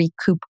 recoup